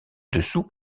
dessous